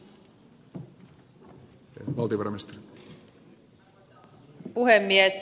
arvoisa puhemies